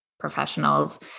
professionals